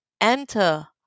enter